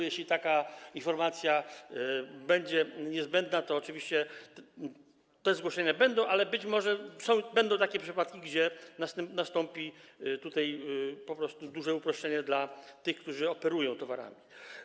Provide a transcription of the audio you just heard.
Jeśli taka informacja będzie niezbędna, to oczywiście te zgłoszenia będą, ale być może będą takie przypadki, gdy nastąpi po prostu duże uproszczenie dla tych, którzy operują towarami.